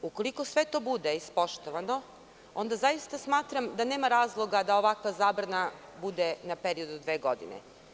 Ukoliko sve to bude ispoštovano, onda zaista smatram da nema razloga da ovakva zabrana bude na period od dve godine.